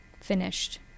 finished